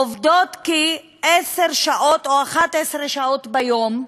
עובדות כ-10 שעות או 11 שעות ביום,